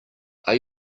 are